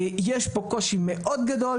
יש פה קושי מאוד גדול,